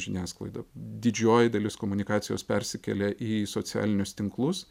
žiniasklaida didžioji dalis komunikacijos persikelia į socialinius tinklus